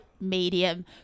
medium